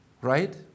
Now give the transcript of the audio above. right